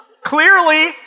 Clearly